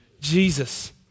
Jesus